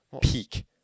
peak